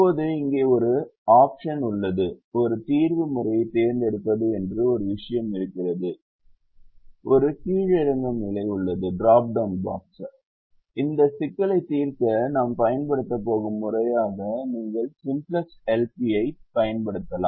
இப்போது இங்கே ஒரு ஆப்ஷன் உள்ளது ஒரு தீர்வு முறையைத் தேர்ந்தெடுப்பது என்று ஒரு விஷயம் இருக்கிறது ஒரு கீழிறங்கும் நிலை உள்ளது இந்த சிக்கலைத் தீர்க்க நாம் பயன்படுத்தப் போகும் முறையாக நீங்கள் சிம்ப்ளக்ஸ் எல்பியைப் பயன்படுத்தலாம்